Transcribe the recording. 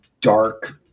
dark